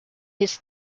his